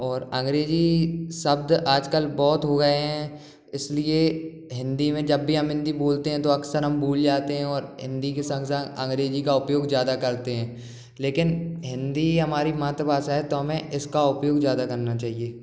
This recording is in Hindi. और अंग्रेजी शब्द आजकल बहुत हो गए हैं इसलिए हिंदी में जब भी हम हिंदी बोलते हैं तो अक्सर हम भूल जाते हैं और हिंदी के संग संग अंग्रेजी का उपयोग ज़्यादा करते हैं लेकिन हिंदी हमारी मातृभाषा है तो हमें इसका उपयोग ज़्यादा करना चाहिए